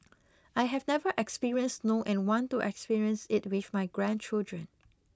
I have never experienced snow and want to experience it with my grandchildren